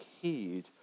heed